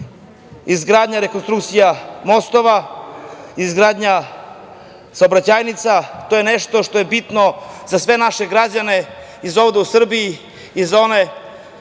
izgradnja i rekonstrukcija mostova, izgradnja saobraćajnica. To je nešto što je bitno za sve naše građane ovde u Srbiji i za one